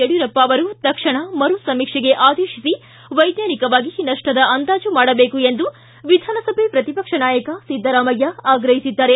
ಯಡಿಯೂರಪ್ಪ ಅವರು ತಕ್ಷಣ ಮರುಸಮೀಕ್ಷೆಗೆ ಆದೇಶಿಸಿ ವೈಜ್ಞಾನಿಕವಾಗಿ ನಪ್ಪದ ಅಂದಾಜು ಮಾಡಬೇಕು ಎಂದು ವಿಧಾನಸಭೆ ಪ್ರತಿಪಕ್ಷ ನಾಯಕ ಸಿದ್ದರಾಮಯ್ಯ ಆಗ್ರಹಿಸಿದ್ದಾರೆ